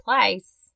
place